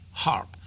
Harp